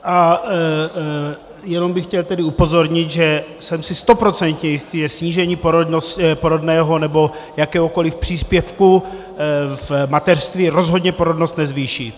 A jenom bych chtěl tedy upozornit, že jsem si stoprocentně jistý, že snížení porodného nebo jakéhokoliv příspěvku v mateřství rozhodně porodnost nezvýší.